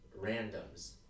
randoms